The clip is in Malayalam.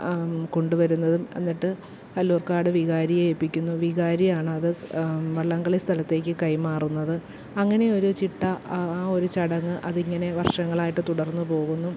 കൊണ്ട് വരുന്നതും എന്നിട്ട് കല്ലൂർക്കാട് വികാരിയെ ഏപ്പിക്കുന്നു വികാരിയാണത് വള്ളം കളി സ്ഥലത്തേക്ക് കൈമാറുന്നത് അങ്ങനെ ഒരു ചിട്ട ആ ഒരു ചടങ്ങ് അതിങ്ങനെ വർഷങ്ങളായിട്ട് തുടർന്നുപോകുന്നു